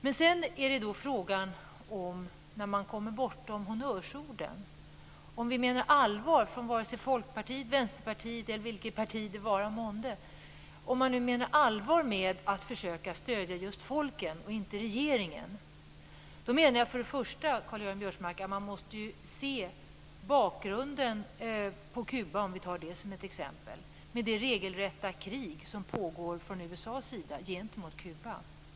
Men sedan är frågan när man kommer bortom honnörsorden, vare sig det gäller Folkpartiet, Vänsterpartiet eller vilket parti det vara månde, om man menar allvar med att försöka stödja just folken och inte regeringen. Jag menar först och främst, Karl-Göran Biörsmark, att vi måste se till bakgrunden på Kuba, om vi tar det som exempel, med det regelrätta krig som pågår från USA:s sida gentemot Kuba.